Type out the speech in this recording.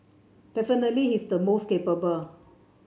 definitely he's the most capable